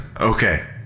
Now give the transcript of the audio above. Okay